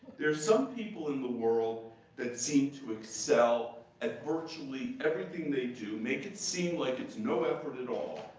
there are some people in the world that seem to excel at virtually everything they do, make it seem like it's no effort at all,